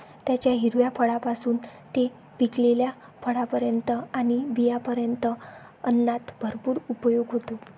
त्याच्या हिरव्या फळांपासून ते पिकलेल्या फळांपर्यंत आणि बियांपर्यंत अन्नात भरपूर उपयोग होतो